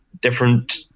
different